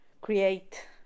create